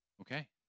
okay